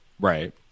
Right